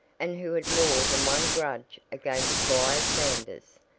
and who had more than one grudge against squire sanders.